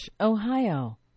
Ohio